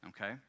okay